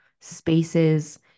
spaces